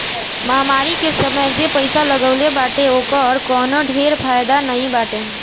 महामारी के समय जे पईसा लगवले बाटे ओकर कवनो ढेर फायदा नाइ बाटे